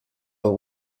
but